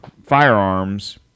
Firearms